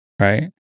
right